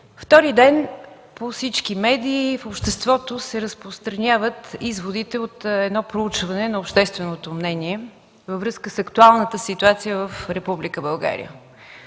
втори ден по всички медии и в обществото се разпространяват изводите от едно проучване на общественото мнение във връзка с актуалната ситуация в Република